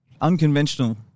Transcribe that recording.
unconventional